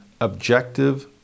objective